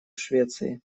швеции